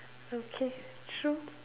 okay true